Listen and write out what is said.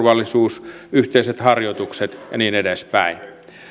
turvallisuus yhteiset harjoitukset ja niin edespäin